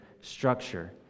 structure